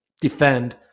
defend